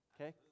okay